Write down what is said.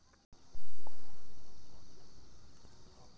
share बजार में करजाके खतरा के कम करए के लेल बहुते उपाय लगाएल जाएछइ